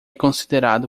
considerado